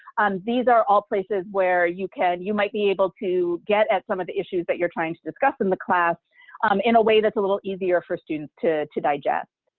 these are all places where you can, you might be able to get at some of the issues that you're trying to discuss in the class um in a way that's a little easier for students to to digest.